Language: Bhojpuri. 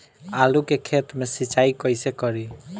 आलू के खेत मे सिचाई कइसे करीं?